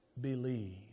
believe